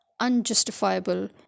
unjustifiable